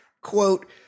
Quote